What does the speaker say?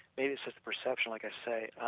maybe it's just a perception like i say,